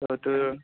बरे तु